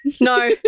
No